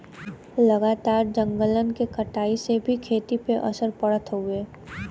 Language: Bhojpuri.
लगातार जंगलन के कटाई से भी खेती पे असर पड़त हउवे